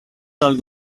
del